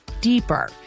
deeper